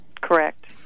Correct